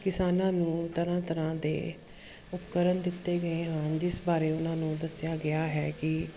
ਕਿਸਾਨਾਂ ਨੂੰ ਤਰ੍ਹਾਂ ਤਰ੍ਹਾਂ ਦੇ ਉਪਕਰਣ ਦਿੱਤੇ ਗਏ ਹਨ ਜਿਸ ਬਾਰੇ ਉਹਨਾਂ ਨੂੰ ਦੱਸਿਆ ਗਿਆ ਹੈ ਕਿ